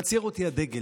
אבל ציער אותי הדגל.